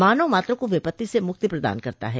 मानव मात्र को विपत्ति से मुक्ति प्रदान करता है